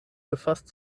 befasst